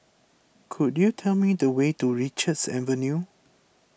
could you tell me the way to Richards Avenue